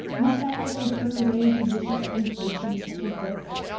must i also turn away to vicious sensation such as this?